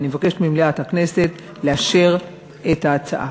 אני מבקשת ממליאת הכנסת לאשר את ההצעה.